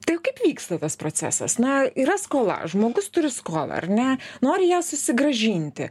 tai kaip vyksta tas procesas na yra skola žmogus turi skolą ar ne nori ją susigrąžinti